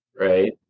right